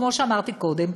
כמו שאמרתי קודם,